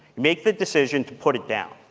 make the decision to put it down.